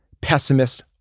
pessimist